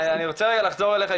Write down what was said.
אני רוצה רגע לחזור אליך,